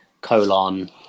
colon